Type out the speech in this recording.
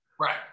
right